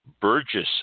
Burgess